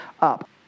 up